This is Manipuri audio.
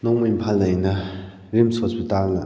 ꯅꯣꯡꯃ ꯏꯝꯐꯥꯜꯗ ꯑꯩꯅ ꯔꯤꯝꯁ ꯍꯣꯁꯄꯤꯇꯥꯜꯗ